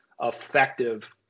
effective